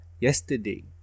yesterday